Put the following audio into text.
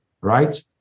Right